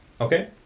Okay